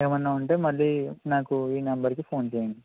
ఏమన్నా ఉంటే మళ్ళీ నాకు ఈ నంబర్ కి ఫోన్ చేయండి